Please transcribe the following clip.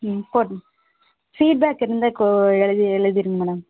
ம் போடுங்கள் ஃபீட்பேக் இருந்தால் எழுதி எழுதிடுங்க மேடம்